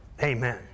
Amen